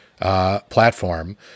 platform